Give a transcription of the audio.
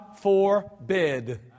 forbid